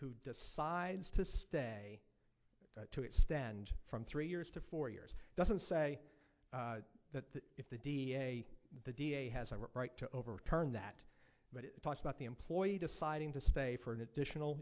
who decides to stay to extend from three years to four years doesn't say that if the da the da has a right to overturn that but it talks about the employee deciding to stay for an additional